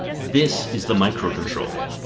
this is the microcontroller.